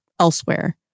Elsewhere